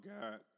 God